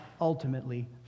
ultimately